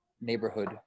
neighborhood